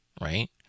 Right